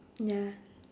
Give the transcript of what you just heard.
ya